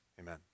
Amen